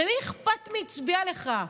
למי אכפת מי הצביע לך?